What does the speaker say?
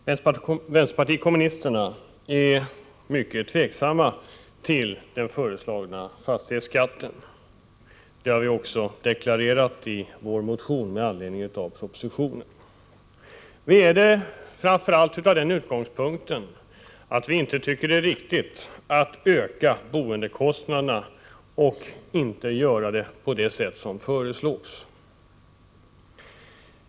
Herr talman! Vänsterpartiet kommunisterna är mycket tveksamma till den föreslagna fastighetsskatten. Det har vi också deklararerat i vår motion med anledning av propositionen. Vi är det framför allt med den utgångspunkten att vi inte tycker att det är riktigt att öka boendekostnaderna, speciellt inte på det sätt som föreslås.